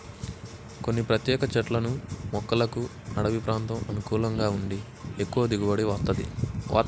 కొన్ని ప్రత్యేక చెట్లను మొక్కలకు అడివి ప్రాంతం అనుకూలంగా ఉండి ఎక్కువ దిగుబడి వత్తది